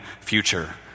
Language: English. future